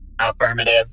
affirmative